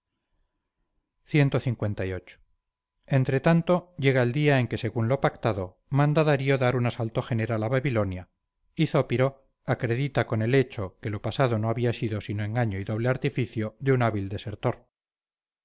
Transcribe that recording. fortaleza clviii entretanto llega el día en que según lo pactado manda darío dar un asalto general a babilonia y zópiro acredita con el hecho que lo pasado no había sido sino engaño y doble artificio de un hábil desertor